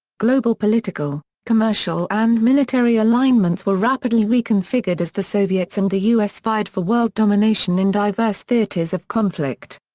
global political, commercial and military alignments were rapidly reconfigured as the soviets and the us vied for world domination in diverse theatres of conflict.